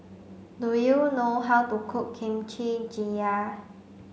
do you know how to cook Kimchi Jjigae